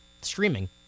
streaming